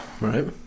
Right